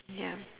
ya